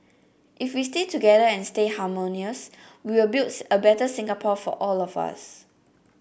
if we stay together and stay harmonious we will build a better Singapore for all of us